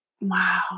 Wow